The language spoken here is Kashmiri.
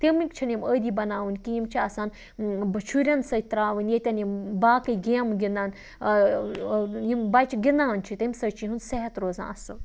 تَمیٚکۍ چھِنہٕ یِم عٲدی بَناوٕںۍ کِہیٖنۍ یِم چھِ آسان شُرٮ۪ن سۭتۍ ترٛاوٕنۍ ییٚتٮ۪ن یِم باقٕے گیمہٕ گِنٛدان یِم بَچہِ گِنٛدان چھِ تیٚمہِ سۭتۍ چھِ یِہُنٛد صحت روزان اَصٕل